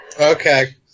Okay